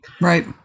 Right